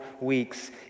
weeks